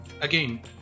Again